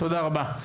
תודה רבה.